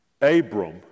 Abram